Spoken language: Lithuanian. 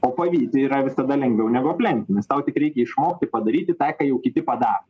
o pavyti yra visada lengviau negu aplenkti nes tau tik reikia išmokti padaryti ta ką jau kiti padarė